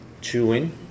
chewing